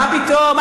מה פתאום.